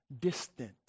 distant